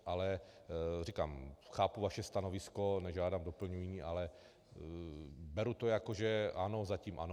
Ale říkám, chápu vaše stanovisko, nežádám doplnění, ale beru to jako že ano, zatím ano.